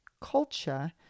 culture